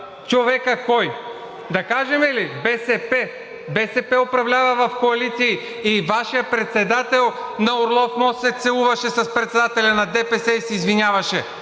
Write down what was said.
човека „Кой“? Да кажем ли? БСП. БСП управлява в коалиции. Вашият председател на „Орлов мост“ се целуваше с председателя на ДПС и се извиняваше,